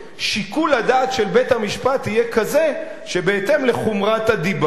שיקול הדעת של בית-המשפט יהיה כזה שבהתאם לחומרת הדיבה,